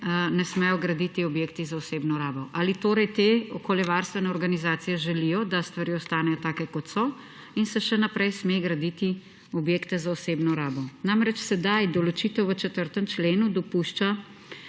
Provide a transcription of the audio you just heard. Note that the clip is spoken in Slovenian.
ne smejo graditi objekti za osebno rabo. Ali torej te okoljevarstvene organizacije želijo, da stvari ostanejo take, kot so, in se še naprej sme graditi objekte za osebno rabo? Namreč sedaj določitev v 4. členu dopušča